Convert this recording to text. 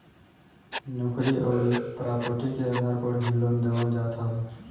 नोकरी अउरी प्रापर्टी के आधार पे ही लोन देहल जात हवे